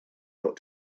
not